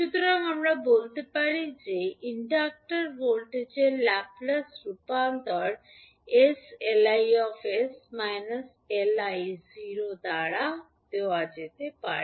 সুতরাং আমরা বলতে পারি যে ইন্ডাক্টর ভোল্টেজের ল্যাপ্লেস রূপান্তর 𝑠𝐿𝐼 𝑠 𝐿𝑖 0− দ্বারা দেওয়া যেতে পারে